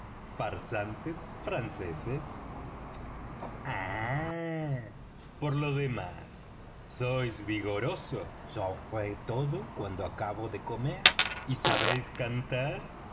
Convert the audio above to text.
farsantes franceses ah por lo demás sois vigoroso sobre todo cuando acabo de comer y sabéis cantar